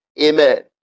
Amen